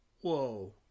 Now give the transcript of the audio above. Whoa